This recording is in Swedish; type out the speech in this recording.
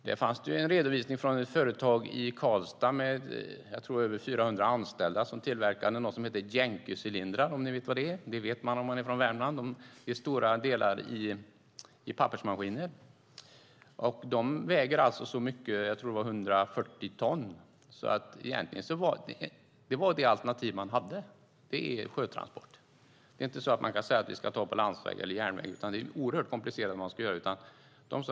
Där fanns en redovisning från ett företag i Karlstad med, tror jag, över 400 anställda som tillverkade något som heter yankeecylindrar, om ni vet vad det är. Det vet man om man är från Värmland. Det är stora delar i pappersmaskiner. De väger alltså så mycket - jag tror att det var 140 ton - att sjötransport var det alternativ man hade. Man kan inte säga att man ska ta det på landsväg eller järnväg, för det vore oerhört komplicerat.